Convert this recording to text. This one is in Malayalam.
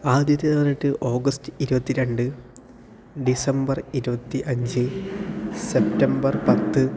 ആദ്യത്തേത്ന്ന് പറഞ്ഞിട്ട് ഓഗസ്റ്റ് ഇരുപത്തി രണ്ട് ഡിസംബർ ഇരുപത്തി അഞ്ച് സെപ്റ്റംബർ പത്ത്